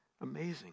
Amazing